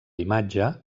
imatge